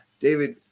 David